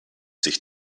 sich